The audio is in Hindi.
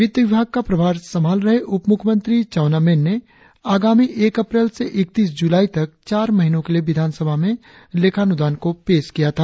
वित्त विभाग का प्रभार संभाल रहे उप मुख्यमंत्री चाउना मेन ने आगामी एक अप्रैल से ईकतीस जुलाई तक चार महीनों के लिए विधानसभा में लेखानुदान को पेश किया था